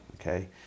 Okay